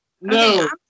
No